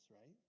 right